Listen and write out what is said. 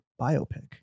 biopic